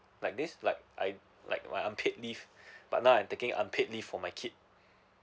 like this like I like my unpaid leave but now I'm taking unpaid leave for my kid